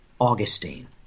Augustine